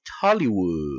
Hollywood